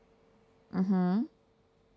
(uh huh)